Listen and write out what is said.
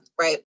right